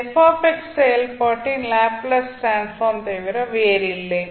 இது செயல்பாட்டின் Laplace transform தவிர வேறில்லை